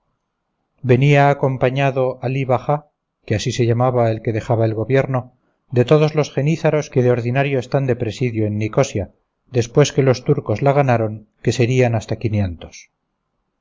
de la tienda venía acompañado alí bajá que así se llamaba el que dejaba el gobierno de todos los jenízaros que de ordinario están de presidio en nicosia después que los turcos la ganaron que serían hasta quinientos